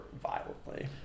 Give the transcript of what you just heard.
violently